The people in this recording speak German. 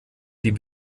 die